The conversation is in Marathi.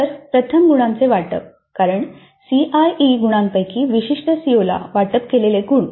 तर प्रथम गुणांचे वाटप एकूण सीआयई गुणांपैकी विशिष्ट सीओला वाटप केलेले गुण